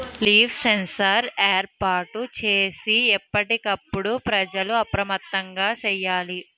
leaf sensor ఏర్పాటు చేసి ఎప్పటికప్పుడు ప్రజలు అప్రమత్తంగా సేయాలి